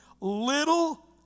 little